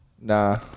Nah